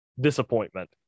disappointment